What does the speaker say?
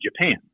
Japan